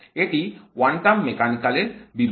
এটি quantum mechanical এর বিবৃতি